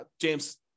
James